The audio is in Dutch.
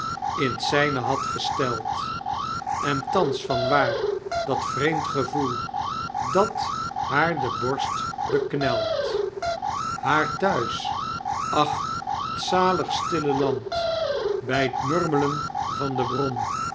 in t zyne had gesteld en thans vanwaar dat vreemd gevoel dat haar de borst beknelt haar thuis ach j t zalig stille land bij t murm'len van de bron